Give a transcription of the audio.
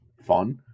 fun